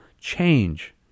change